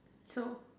so